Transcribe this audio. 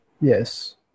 Yes